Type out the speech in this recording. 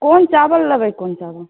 कोन चाबल लेबै कोन चाबल